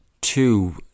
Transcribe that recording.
two